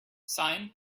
sine